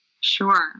Sure